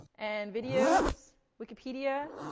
and videos, wikipedia,